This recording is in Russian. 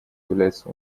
является